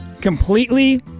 completely